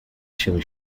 się